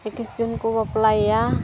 ᱮᱠᱤᱥ ᱡᱩᱱ ᱠᱚ ᱵᱟᱯᱞᱟᱭᱮᱭᱟ